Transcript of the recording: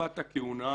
תקופת הכהונה